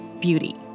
beauty